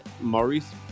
Maurice